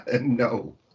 No